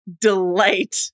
delight